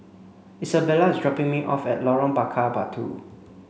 Isabella is dropping me off at Lorong Bakar Batu